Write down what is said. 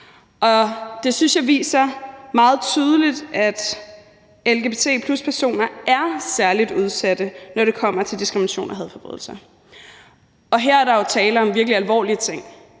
jeg viser meget tydeligt, at lgbt+-personer er særligt udsatte, når det kommer til diskrimination og hadforbrydelser. Og her er der jo tale om virkelig alvorlige ting.